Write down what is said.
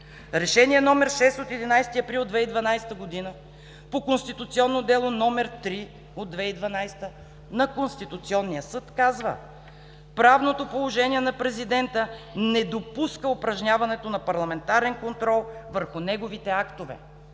Решение № 6 от 11 април 2012 г. по конституционно дело № 3 от 2012 г. на Конституционния съд казва: „Правното положение на президента не допуска упражняването на парламентарен контрол върху неговите актове.“